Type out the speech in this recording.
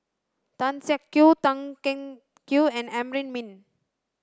Tan Siak Kew Tan Teng Kee and Amrin Amin